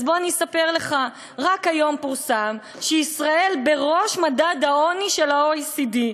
אז בוא אני אספר לך: רק היום פורסם שישראל בראש מדד העוני של ה-OECD,